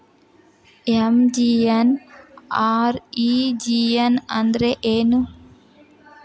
MGNREGA ಅಂದ್ರೆ ಏನು?